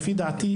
לפי דעתי,